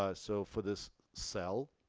ah so for this cell,